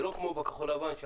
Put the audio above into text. זה לא כמו בכחול לבן,